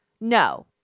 no